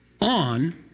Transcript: on